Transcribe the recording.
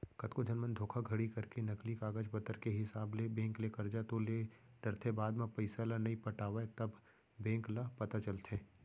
कतको झन मन धोखाघड़ी करके नकली कागज पतर के हिसाब ले बेंक ले करजा तो ले डरथे बाद म पइसा ल नइ पटावय तब बेंक ल पता चलथे